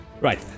Right